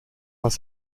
was